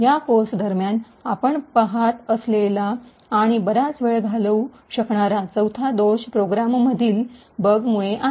या कोर्स दरम्यान आपण पहात असलेला आणि बराच वेळ घालवू शकणारा चौथा दोष प्रोग्राममधील बगमुळे आहे